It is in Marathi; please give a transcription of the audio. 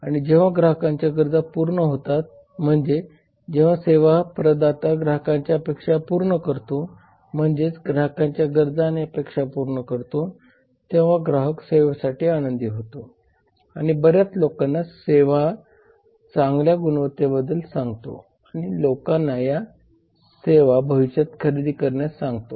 आणि जेव्हा ग्राहकांच्या गरजा पूर्ण होतात म्हणजे जेव्हा सेवा प्रदाता ग्राहकांच्या अपेक्षा पूर्ण करतो म्हणजेच ग्राहकांच्या गरजा आणि अपेक्षा पूर्ण करतो तेव्हा ग्राहक सेवेसाठी आनंदित होतो आणि बर्याच लोकांना सेवेच्या चांगल्या गुणांबद्दल सांगतो आणि लोकांना या सेवा भविष्यात खरेदी करण्यास सांगतो